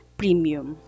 premium